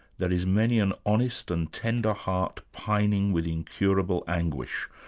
there is many an honest and tender heart pining with incurable anguish,